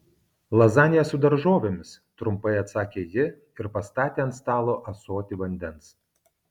lazanija su daržovėmis trumpai atsakė ji ir pastatė ant stalo ąsotį vandens